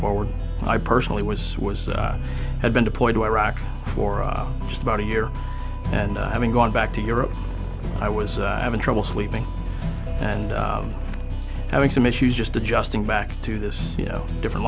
forward i personally was was had been deployed to iraq for just about a year and i mean going back to europe i was having trouble sleeping and having some issues just adjusting back to this you know different